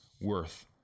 worth